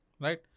right